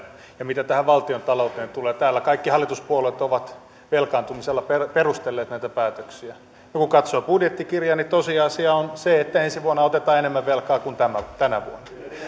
ja mitä tähän valtiontalouteen tulee täällä kaikki hallituspuolueet ovat velkaantumisella perustelleet näitä päätöksiä mutta kun katsoo budjettikirjaa tosiasia on se että ensi vuonna otetaan enemmän velkaa kuin tänä vuonna